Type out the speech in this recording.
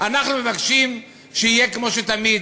אנחנו מבקשים שיהיה כמו שתמיד,